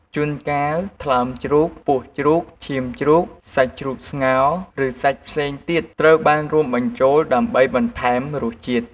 ជួនកាល ថ្លើមជ្រូក ពោះជ្រូក ឈាមជ្រូក សាច់ជ្រូកស្ងោរ ឬសាច់ផ្សេងទៀតត្រូវបានរួមបញ្ចូលដើម្បីបន្ថែមរសជាតិ។